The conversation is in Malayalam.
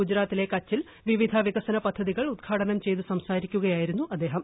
ഗുജറാത്തിലെ കച്ചിൽ വിവിധ വികസന പദ്ധതികൾ ഉദ്ഘാടനം ചെയ്ത് സംസാരിക്കുകയായിരുന്നു അദ്ദേഹം